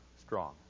strong